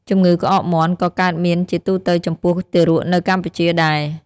ជម្ងឺក្អកមាន់ ក៏កើតមានជាទូទៅចំពោះទារកនៅកម្ពុជាដែរ។